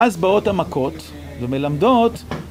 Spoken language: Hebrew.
אז באות המכות ומלמדות